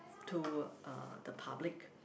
to uh the public